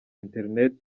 internet